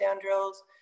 drills